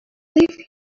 live